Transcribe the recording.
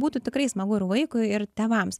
būtų tikrai smagu ir vaikui ir tėvams